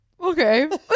okay